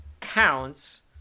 counts